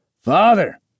Father